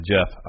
Jeff